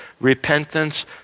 repentance